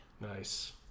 Nice